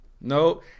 no